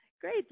Great